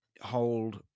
hold